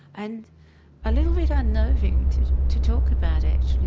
and a little bit unnerving to to talk about, actually.